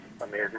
amazing